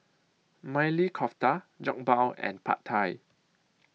Maili Kofta Jokbal and Pad Thai